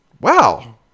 wow